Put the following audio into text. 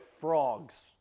frogs